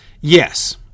yes